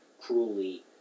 cruelly